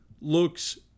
looks